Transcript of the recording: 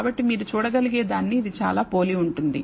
కాబట్టి మీరు చూడగలిగేదానికి ఇది చాలా పోలి ఉంటుంది